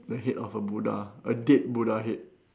the head of a Buddha a dead Buddha head